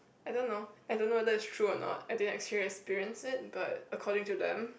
I don't know I don't know whether is true or not I didn't actually experience it but according to them